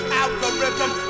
algorithm